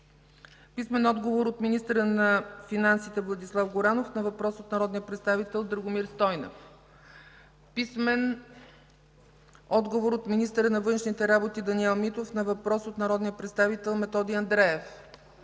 Мирчев; - министъра на финансите Владислав Горанов на въпрос от народния представител Драгомир Стойнев; - министъра на външните работи Даниел Митов на въпрос от народния представител Методи Андреев;